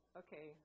okay